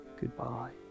Goodbye